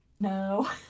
No